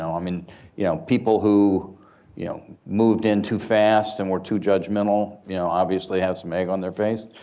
so i mean you know people who you know moved in too fast and were too judgmental, you know obviously have some egg on their face.